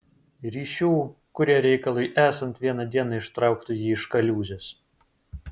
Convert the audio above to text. ryšių kurie reikalui esant vieną dieną ištrauktų jį iš kaliūzės